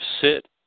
sit